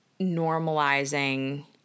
normalizing